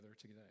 today